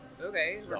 okay